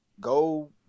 Go